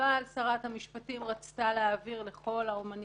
אבל שרת התרבות רצתה להבהיר לכל אומן